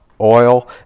oil